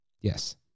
Yes